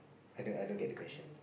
I don't I don't get the question